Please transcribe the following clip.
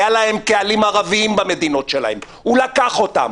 היו להם קהלים ערביים במדינות שלהם הוא לקח אותם